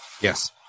Yes